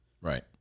Right